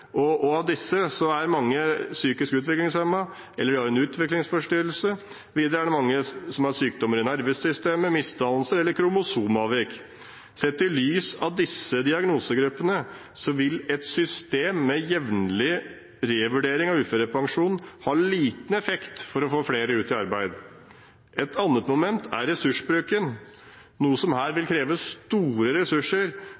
psykisk lidelse. Av disse er mange psykisk utviklingshemmede, eller de har en utviklingsforstyrrelse. Videre er det mange som har sykdommer i nervesystemet, misdannelser eller kromosomavvik. Sett i lys av disse diagnosegruppene vil et system med jevnlig revurdering av uførepensjonen ha liten effekt for å få flere ut i arbeid. Et annet moment er